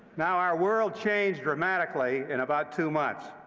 now, our world changed dramatically in about two months.